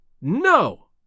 No